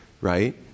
right